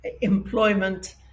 employment